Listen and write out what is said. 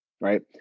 right